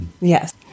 Yes